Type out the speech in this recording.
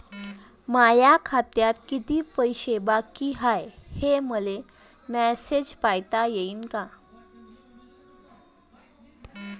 माया खात्यात कितीक पैसे बाकी हाय, हे मले मॅसेजन पायता येईन का?